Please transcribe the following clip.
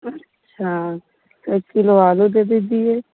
अच्छा तो एक किलो आलू दे दीजिए